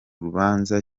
rubanza